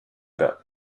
bas